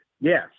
Yes